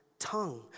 tongue